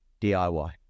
DIY